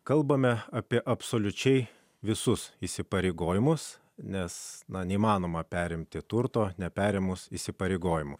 kalbame apie absoliučiai visus įsipareigojimus nes neįmanoma perimti turto neperėmus įsipareigojimų